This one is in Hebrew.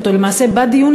או למעשה בדיון,